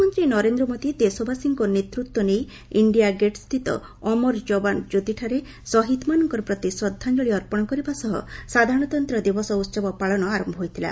ପ୍ରଧାନମନ୍ତ୍ରୀ ନରେନ୍ଦ୍ର ମୋଦି ଦେଶବାସୀଙ୍କ ନେତୃତ୍ୱ ନେଇ ଇଣ୍ଡିଆ ଗେଟ୍ସ୍ଥିତ ଅମର ଯବାନ କ୍ୟୋତିଠାରେ ଶହୀଦ୍ମାନଙ୍କ ପ୍ରତି ଶ୍ରଦ୍ଧାଞ୍ଚଳି ଅର୍ପଣ କରିବା ସହ ସାଧାରଣତନ୍ତ ଦିବସ ଉତ୍ସବ ପାଳନ ଆରମ୍ଭ ହୋଇଥିଲା